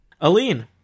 Aline